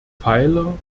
pfeiler